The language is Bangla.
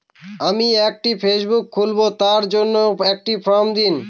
আমি একটি ফেসবুক খুলব তার জন্য একটি ফ্রম দিন?